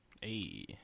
Hey